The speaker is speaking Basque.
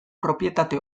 propietate